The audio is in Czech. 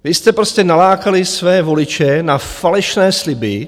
Vy jste prostě nalákali své voliče na falešné sliby.